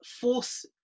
force